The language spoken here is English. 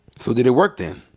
so did it work, then?